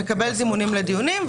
שמקבל זימונים לדיונים,